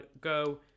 go